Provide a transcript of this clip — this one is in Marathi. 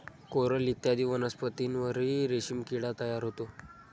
कोरल इत्यादी वनस्पतींवरही रेशीम किडा तयार होतो